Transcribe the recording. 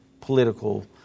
political